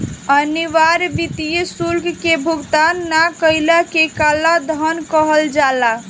अनिवार्य वित्तीय शुल्क के भुगतान ना कईला के कालाधान कहल जाला